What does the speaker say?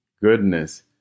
goodness